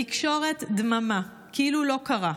בתקשורת, דממה, כאילו לא קרה.